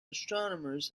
astronomers